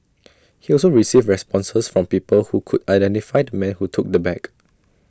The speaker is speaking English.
he also received responses from people who could identify the man who took the bag